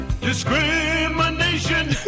Discrimination